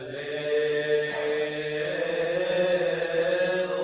a